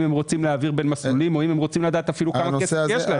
רוצים להעביר בין מסלולים או כמה כסף יש להם.